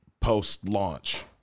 post-launch